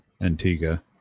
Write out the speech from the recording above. Antigua